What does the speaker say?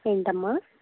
ఏంటమ్మ